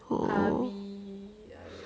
oh